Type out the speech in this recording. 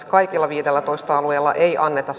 kaikilla viidellätoista alueella ei anneta